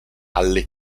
alle